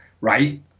right